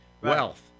Wealth